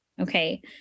Okay